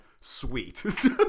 sweet